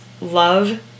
love